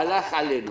הלך עלינו.